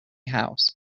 house